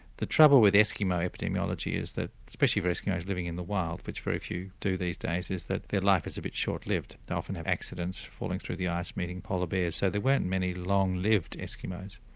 the trouble with eskimo epidemiology is that especially for eskimos living in the wild, which very few do these days, is that their life is a bit short lived, they often have accidents falling through the ice, meeting polar bears, so there weren't many long lived eskimos.